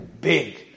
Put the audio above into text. Big